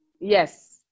Yes